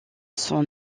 sont